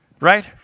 Right